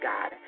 God